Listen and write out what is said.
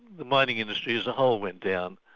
the mining industry as a whole went down.